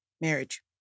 Marriage